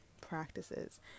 practices